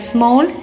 Small